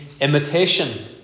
imitation